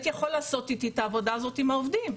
יכול לעשות איתי את העבודה הזאת עם העובדים,